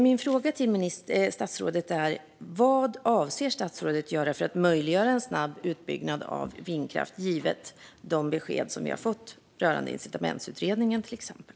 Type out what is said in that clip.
Min fråga till statsrådet är: Vad avser statsrådet att göra för att möjliggöra en snabb utbyggnad av vindkraft givet de besked som vi har fått rörande incitamentsutredningen, till exempel?